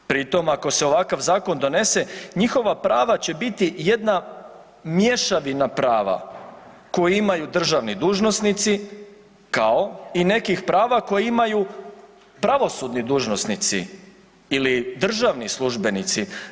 Pri tom ako se ovakav zakon donese njihova prava će biti jedna mješavina prava koju imaju državni dužnosnici, kao i nekih prava koja imaju pravosudni dužnosnici ili državni službenici.